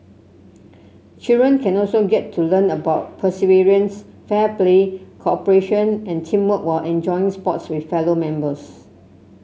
children can also get to learn about perseverance fair play cooperation and teamwork while enjoying sports with fellow members